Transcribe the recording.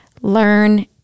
learn